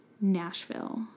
Nashville